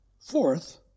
Fourth